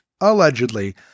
Allegedly